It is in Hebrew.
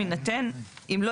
בסדר, מותר.